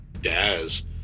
Daz